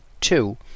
Two